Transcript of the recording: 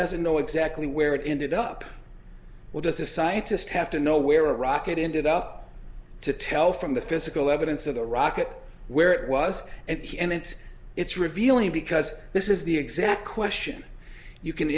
doesn't know exactly where it ended up where does a scientist have to know where a rocket ended up to tell from the physical evidence of the rocket where it was and it's it's revealing because this is the exact question you can